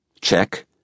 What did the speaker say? check